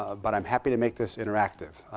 ah but i'm happy to make this interactive.